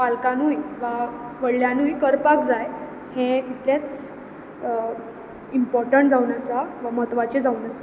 पालकानूय वा व्हडल्यानूय करपाक जाय हें इतलेंच इम्पॉटण जावन आसा वा म्हत्वाचें जावन आसा